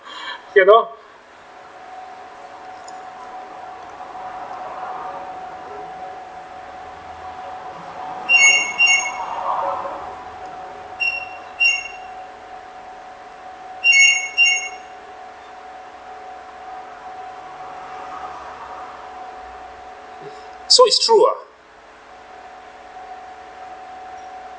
cannot so it's true uh